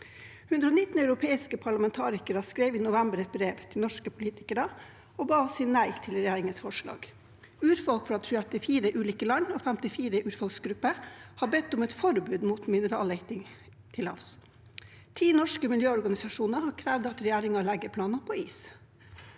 119 europeiske parlamentarikere et brev til norske politikere og ba oss si nei til regjeringens forslag. Urfolk fra 34 ulike land og 54 urfolksgrupper har bedt om et forbud mot mineralleting til havs. Ti norske miljøorganisasjoner har krevd at regjeringen legger planene på is.